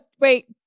wait